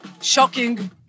shocking